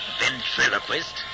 ventriloquist